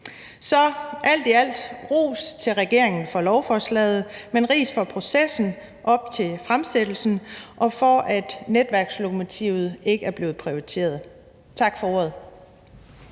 Så alt i alt er der ros til regeringen for lovforslaget, men ris for processen op til fremsættelsen og for, at Netværkslokomotivet ikke er blevet prioriteret. Tak for ordet.